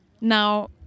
Now